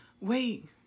Wait